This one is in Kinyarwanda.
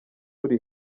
uri